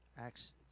Acts